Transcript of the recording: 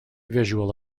visual